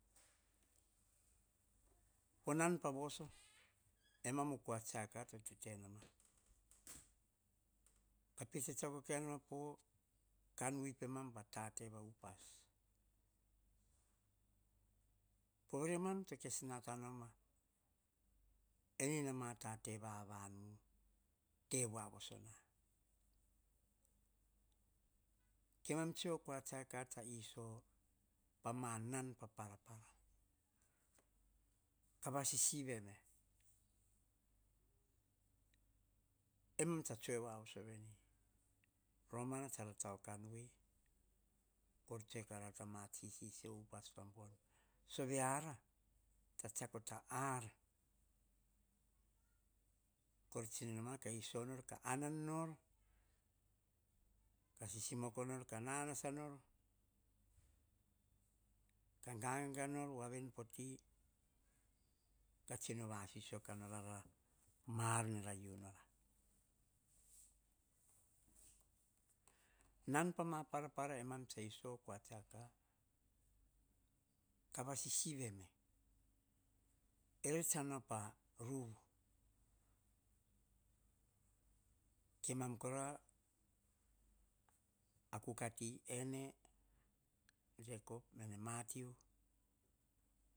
Po nan pa voso, emam o kua tsiaka to tete noma, kape tsetsako kai nolma po kan vui pemam pa te vape upas. Po vere mam to kes nata noma, eni nama tate vavawu te voa voso na. Kemam tsi okua, tsiaka, iso, pama nan pa para para, ka vasisivi eme. Emam tsa tsoe voa voso vene, romana tsara tao o kan vui, kor tsoe karara ta matsi sisio upas pa bon. Soveara tsa tsiako ta matsi ar, kor, tsiwo noma ka iso nor, ka anan no, ka sisimoko nor. Ka nanasa nor. Ka gagara voa veni po ti, kor tsino vasisio ka norara ama ar wara u nora. Nan pa ma para para, emem tsa iso, ka vasisivi eme, ere tsa nau pa ruvu, emam kora akukati, ene, jacob, mathew